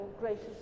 gracious